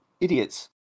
idiots